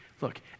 Look